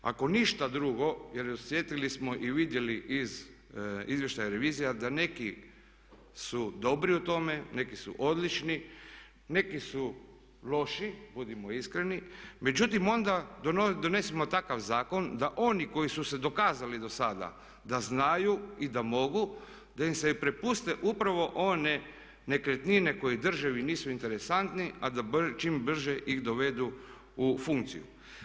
Ako ništa drugo jer osjetili smo i vidjeli iz izvještaja revizija da neki su dobri u tome, neki su odlični, neki su loši, budimo iskreni, međutim onda donesemo takav zakon da oni koji su se dokazali dosada da znaju i da mogu da im se prepuste upravo one nekretnine koje državi nisu interesantne a da čim brže ih dovedu u funkciju.